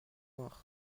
noires